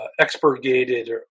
expurgated